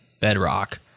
Bedrock